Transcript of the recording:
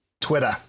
Twitter